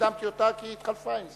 הקדמתי אותה, כי היא התחלפה עם זוארץ.